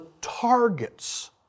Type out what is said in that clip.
targets